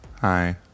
Hi